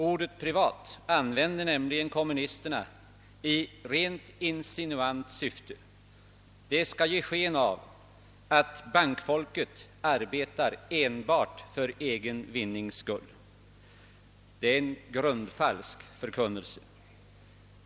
Ordet privat använder kommunisterna nämligen i rent insinuant syfte; det skall ge sken av att bankfolket arbetar enbart för egen vinning. Det är en grundfalsk förkunnelse.